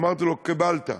אמרתי לו: קיבלת.